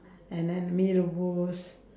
and then mee-rebus